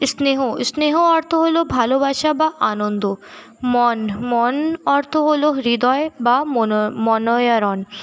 স্নেহ স্নেহ অর্থ হলো ভালোবাসা বা আনন্দ মন মন অর্থ হলো হৃদয় বা মনো মনোয়ারণ